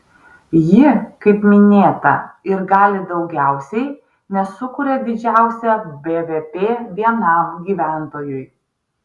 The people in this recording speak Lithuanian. ji kaip minėta ir gali daugiausiai nes sukuria didžiausią bvp vienam gyventojui